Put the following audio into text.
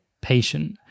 patient